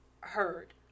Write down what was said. heard